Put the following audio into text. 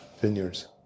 Vineyards